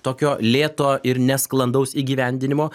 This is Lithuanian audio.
tokio lėto ir nesklandaus įgyvendinimo